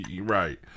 Right